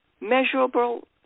measurable